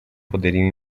poderiam